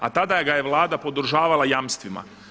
A tada ga je Vlada podržavala jamstvima.